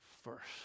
first